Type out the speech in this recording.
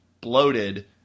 bloated